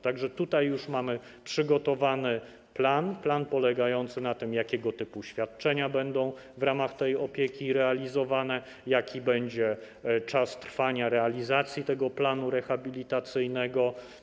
Tak że tutaj już mamy przygotowany plan określający, jakiego typu świadczenia będą w ramach tej opieki realizowane, jaki będzie czas trwania realizacji tego planu rehabilitacyjnego.